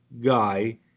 guy